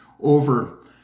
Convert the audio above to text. over